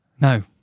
No